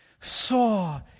saw